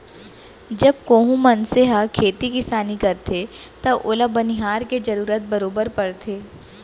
जब कोहूं मनसे ह खेती किसानी करथे तव ओला बनिहार के जरूरत बरोबर परथे